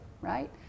right